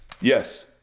Yes